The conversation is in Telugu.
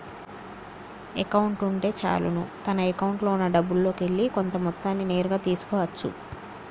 అకౌంట్ ఉంటే చాలును తన అకౌంట్లో ఉన్నా డబ్బుల్లోకెల్లి కొంత మొత్తాన్ని నేరుగా తీసుకో అచ్చు